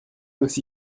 aussi